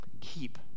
keep